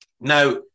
now